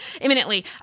imminently